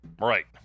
Right